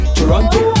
Toronto